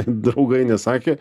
draugai nesakė